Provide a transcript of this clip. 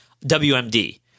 WMD